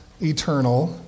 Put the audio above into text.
eternal